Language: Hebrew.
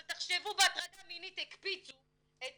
אבל תחשבו, בהטרדה מינית הקפיצו את